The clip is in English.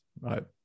Right